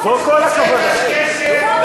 זאת קשקשת.